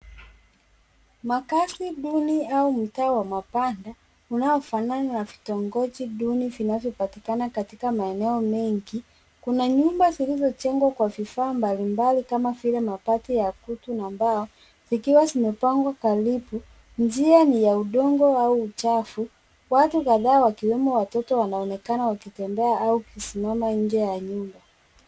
Makazi duni au mtaa wa mabanda unao fanana na vitongoji duni vinavyo patikana katika maeneo mengi kuna nyumba zilizo jengwa kwa vifaa mbali mbali kama vile mabati ya kutu na mbao zikiwa zimepangwa karibu . Njia ni ya udongo au uchafu watu kadhaa wakiwemo watoto wanaonekana wakitembea au kusimama nje ya nyumba.